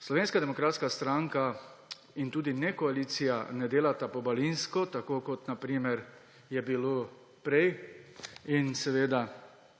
Slovenska demokratska stranka in tudi koalicija ne delata pobalinsko, tako kot je bilo, na primer, prej. In seveda